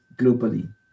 globally